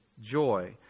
Joy